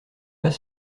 pas